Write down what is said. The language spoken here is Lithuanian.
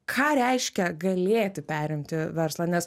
ką reiškia galėti perimti verslą nes